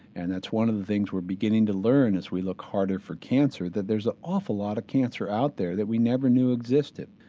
and that's one of the things we're beginning beginning to learn as we look harder for cancer, that there's an awful lot of cancer out there that we never knew existed.